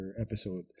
episode